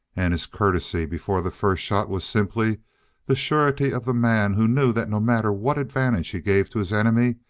and his courtesy before the first shot was simply the surety of the man who knew that no matter what advantage he gave to his enemy,